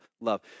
love